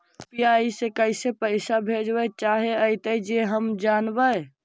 UPI से कैसे पैसा भेजबय चाहें अइतय जे हम जानबय?